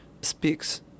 speaks